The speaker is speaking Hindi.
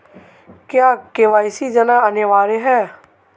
क्या के.वाई.सी देना अनिवार्य है?